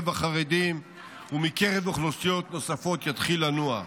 החרדים ומקרב אוכלוסיות נוספות יתחיל לנוע.